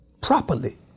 properly